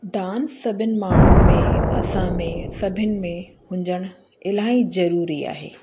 dance सभिनी माण्हुनि में असां में सभिनी में हुजनि इलाही ज़रूरी आहे